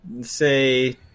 say